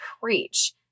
preach